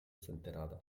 senterada